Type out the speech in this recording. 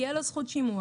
תהיה לו זכות שימוע.